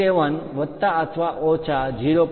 7 વત્તા અથવા ઓછા 0